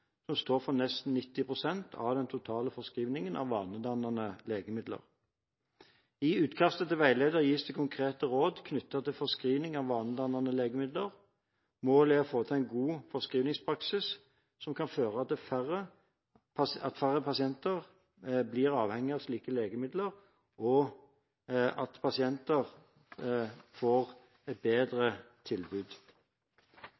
som står for nesten 90 pst. av den totale forskrivningen av vanedannende legemidler. I utkastet til veileder gis det konkrete råd knyttet til forskrivning av vanedannende legemidler. Målet er å få til en god forskrivningspraksis som kan føre til at færre pasienter blir avhengige av slike legemidler, og at pasienter får et bedre